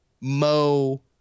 Mo